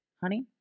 honey